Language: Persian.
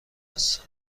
هستم